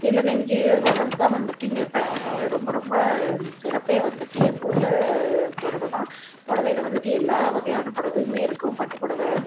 சீலை நெஞ்சி வரதுதான் வந்துட்டு இங்கே ஃபே ரொம்ப ரொம்ப சிறப்பே வந்துட்டு எங்கூர்ல புடவதான் புடவைல வந்துட்டு எல்லா வகையான புடவையுமே இருக்கும் பட்டு புடவ